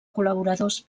col·laboradors